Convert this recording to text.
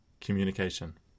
Communication